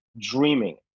dreaming